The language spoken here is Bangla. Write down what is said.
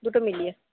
দুটো মিলিয়ে